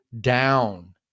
down